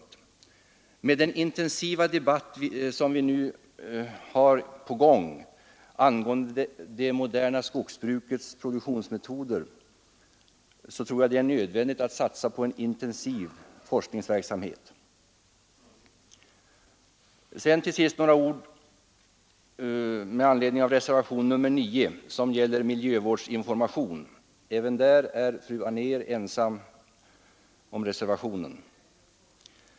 Mot bakgrund av den intensiva debatt som nu pågår angående det moderna skogsbrukets produktionsmetoder tror jag att det är nödvändigt att satsa på en intensiv forskningsverksamhet. Så till sist några ord med anledning av reservationen 9, som gäller miljövårdsinformation. Även där är fru Anér ensam reservant.